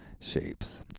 shapes